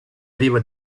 priva